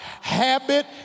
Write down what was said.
Habit